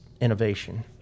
innovation